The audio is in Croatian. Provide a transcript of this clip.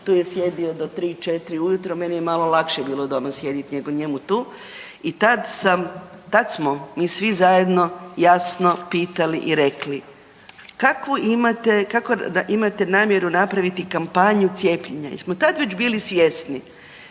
Tu je sjedio do tri, četiri ujutro, meni je malo lakše bilo doma sjedit nego njemu tu i tad smo mi svi zajedno jasno pitali i rekli, kakvu imate namjeru napraviti kampanju cijepljenja, jesmo tad već bili svjesni.